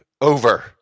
over